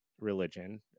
religion